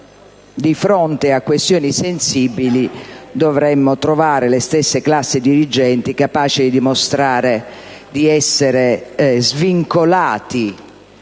di fronte a questioni sensibili dovremmo trovare le stesse classi dirigenti capaci di dimostrare di essere svincolate